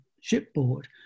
shipboard